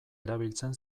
erabiltzen